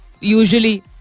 usually